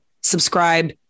subscribe